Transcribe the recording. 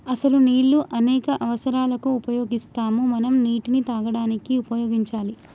అసలు నీళ్ళు అనేక అవసరాలకు ఉపయోగిస్తాము మనం నీటిని తాగడానికి ఉపయోగించాలి